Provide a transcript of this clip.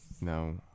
No